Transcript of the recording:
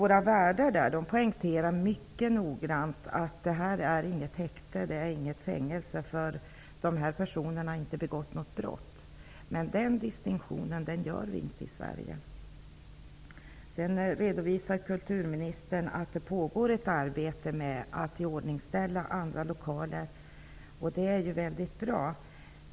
Våra värdar poängterade mycket noggrant att detta inte var ett häkte eller ett fängelse. Dessa personer hade inte begått något brott. Den distinktionen gör vi inte i Kulturministern redovisade att det pågår ett arbete med att iordningställa andra lokaler, och det är ju mycket bra.